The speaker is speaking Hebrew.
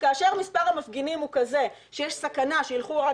כאשר מספר המפגינים הוא כזה שיש סכנה שיילכו רק